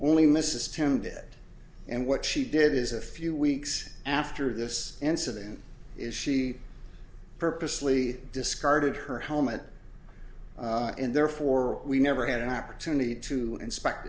only mrs tim did and what she did is a few weeks after this incident is she purposely discarded her helmet and therefore we never had an opportunity to inspect